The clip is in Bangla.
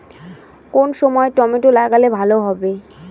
কোন সময় টমেটো লাগালে ভালো হবে?